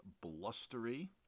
blustery